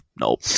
nope